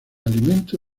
alimento